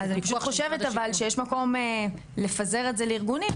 אני חושבת אבל שיש מקום לפזר את זה לארגונים,